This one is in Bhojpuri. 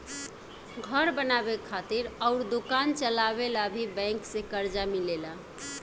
घर बनावे खातिर अउर दोकान चलावे ला भी बैंक से कर्जा मिलेला